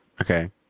Okay